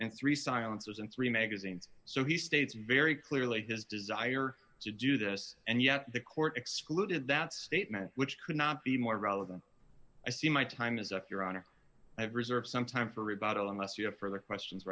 and three silencers and three magazines so he states very clearly his desire to do this and yet the court excluded that statement which could not be more relevant i see my time is up your honor i have reserved some time for rebuttal unless you have further questions